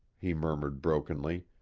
he murmured brokenly.